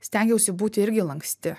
stengiausi būti irgi lanksti